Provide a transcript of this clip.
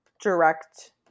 direct